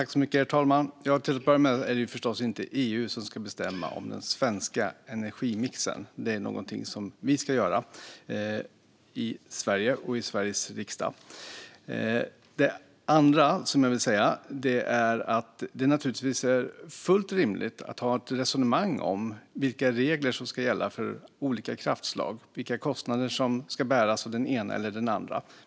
Herr talman! Till att börja med är det förstås inte EU som ska bestämma om den svenska energimixen. Det är någonting som vi ska göra i Sverige och i Sveriges riksdag. Det är naturligtvis fullt rimligt att ha ett resonemang om vilka regler som ska gälla för olika kraftslag och vilka kostnader som ska bäras av den ena eller den andra.